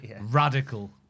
Radical